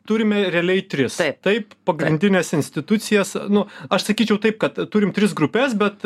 turime realiai tris taip pagrindinės institucijas nu aš sakyčiau taip kad turim tris grupes bet